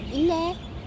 இல்ல:illa